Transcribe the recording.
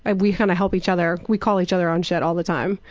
and we kind of help each other, we call each other on shit all the time.